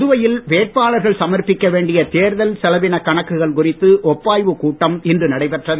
புதுவையில் வேட்பாளர்கள் சமர்ப்பிக்க வேண்டிய தேர்தல் செலவின கணக்குகள் குறித்து ஒப்பாய்வு கூட்டம் இன்று நடைபெற்றது